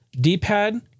D-pad